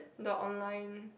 the online